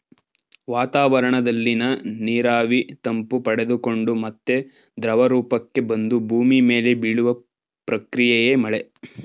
ವಾತಾವರಣದಲ್ಲಿನ ನೀರಾವಿ ತಂಪು ಪಡೆದುಕೊಂಡು ಮತ್ತೆ ದ್ರವರೂಪಕ್ಕೆ ಬಂದು ಭೂಮಿ ಮೇಲೆ ಬೀಳುವ ಪ್ರಕ್ರಿಯೆಯೇ ಮಳೆ